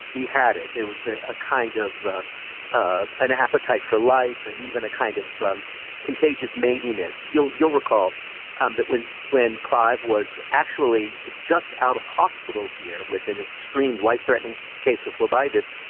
he had it. there was a ah kind of um an appetite for life and even a kind of um contagious meanness. you'll you'll recall um that when when clive was actually just out of hospital here with an extreme life-threatening case of phlebitis,